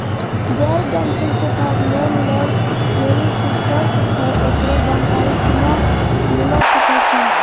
गैर बैंकिंग के तहत लोन लए लेली की सर्त छै, एकरो जानकारी केना मिले सकय छै?